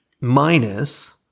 Minus